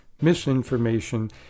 misinformation